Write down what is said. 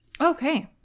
Okay